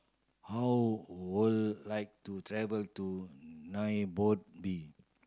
how would like to travel to Nairobi